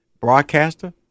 broadcaster